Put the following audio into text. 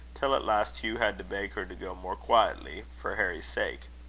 till at last hugh had to beg her to go more quietly, for harry's sake.